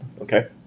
Okay